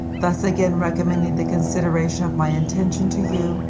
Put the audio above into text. thus again recommending the consideration of my intention to you,